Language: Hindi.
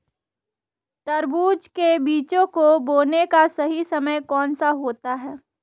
तरबूज के बीजों को बोने का सही समय कौनसा होता है?